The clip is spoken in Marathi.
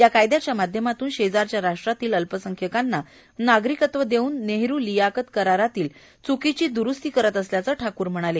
या कायद्याच्या माध्यमातून शेजारील राष्ट्रातील अल्पसंख्यांकांना नागरिकत्व देवूब बेहरू लियाकत करारातील चुकीची दुरूस्ती करत असल्याचं ठवूर म्हणाले